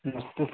नमस्ते